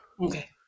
Okay